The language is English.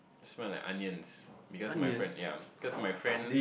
smell like onions because my friend yea because my friends